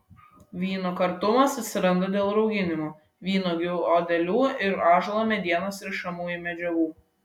vyno kartumas atsiranda dėl rauginimo vynuogių odelių ir ąžuolo medienos rišamųjų medžiagų